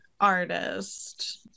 artist